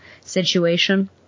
situation